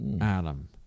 Adam